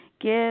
Give